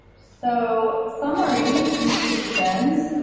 so summary, conclusions,